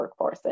workforces